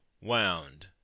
wound